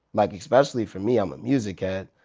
like especially for me, i'm a music head,